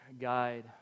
guide